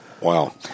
wow